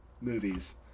movies